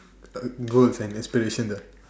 uh goals and aspirations lah